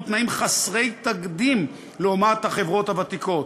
תנאים חסרי תקדים לעומת החברות הוותיקות,